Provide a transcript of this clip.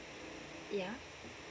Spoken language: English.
ya